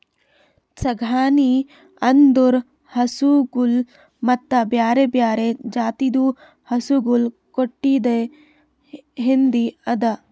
ಸಗಣಿ ಅಂದುರ್ ಹಸುಗೊಳ್ ಮತ್ತ ಬ್ಯಾರೆ ಬ್ಯಾರೆ ಜಾತಿದು ಹಸುಗೊಳ್ ಕೊಟ್ಟಿದ್ ಹೆಂಡಿ ಅದಾ